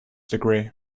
degree